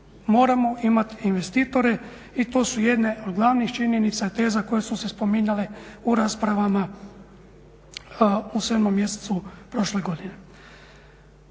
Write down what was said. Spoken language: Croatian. Moramo imati investitore i to su jedne od glavnih činjenica i teza koje su se spominjale u raspravama u 7 mjesecu prošle godine.